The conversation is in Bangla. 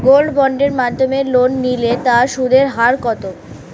গোল্ড বন্ডের মাধ্যমে লোন নিলে তার সুদের হার কত?